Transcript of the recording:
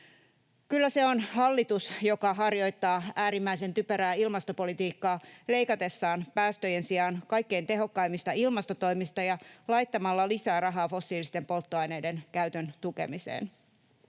Kyllä se on hallitus, joka harjoittaa äärimmäisen typerää ilmastopolitiikkaa leikatessaan päästöjen sijaan kaikkein tehokkaimmista ilmastotoimista ja laittaessaan lisää rahaa fossiilisten polttoaineiden käytön tukemiseen.